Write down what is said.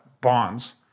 bonds